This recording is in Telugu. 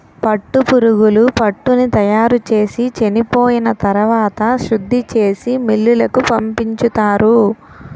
పట్టుపురుగులు పట్టుని తయారుచేసి చెనిపోయిన తరవాత శుద్ధిచేసి మిల్లులకు పంపించుతారు